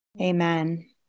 Amen